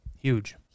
Huge